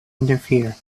interfere